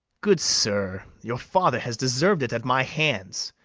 good sir, your father has deserv'd it at my hands,